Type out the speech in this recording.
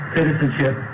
citizenship